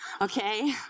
okay